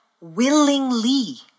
willingly